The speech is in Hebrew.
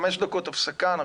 חמש דקות הפסקה.